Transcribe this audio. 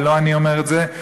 ולא אני אומר את זה,